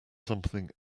something